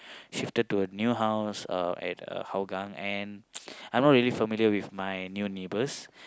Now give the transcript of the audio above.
shifted to a new house uh at uh Hougang and I'm not really familiar with my new neighbours